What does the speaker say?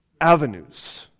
avenues